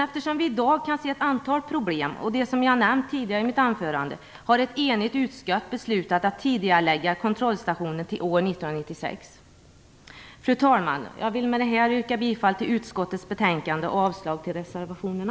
Eftersom vi i dag kan se ett antal problem - de som jag nämnt tidigare i mitt anförande -, har ett enigt utskott beslutat att tidigarelägga kontrollstationen till år Fru talman! Jag vill med det anförda yrka bifall till utskottets hemställan och avslag på reservationerna.